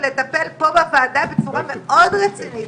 ולטפל פה בוועדה בצורה מאוד רצינית,